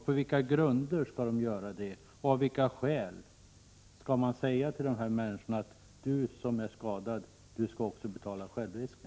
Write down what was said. På vilka grunder skall de göra det och av vilka skäl? Du som är skadad skall också betala självrisken! Är det vad vi skall säga till de här människorna?